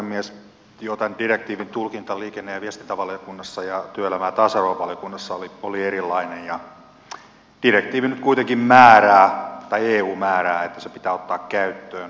jo tämän direktiivin tulkinta liikenne ja viestintävaliokunnassa ja työelämä ja tasa arvovaliokunnassa oli erilainen ja eu nyt kuitenkin määrää että se pitää ottaa käyttöön